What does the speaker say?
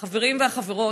החברים והחברות,